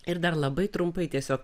ir dar labai trumpai tiesiog